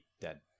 dead